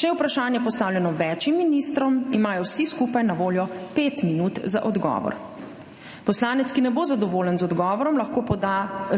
Če je vprašanje postavljeno več ministrom, imajo vsi skupaj na voljo pet minut za odgovor. Poslanec, ki ne bo zadovoljen z odgovorom,